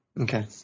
Okay